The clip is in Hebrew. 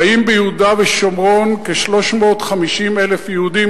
חיים ביהודה ושומרון כ-350,000 יהודים,